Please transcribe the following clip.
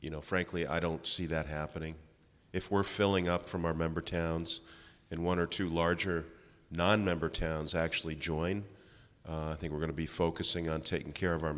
you know frankly i don't see that happening if we're filling up from our member towns and one or two larger nonmember towns actually join think we're going to be focusing on taking care of our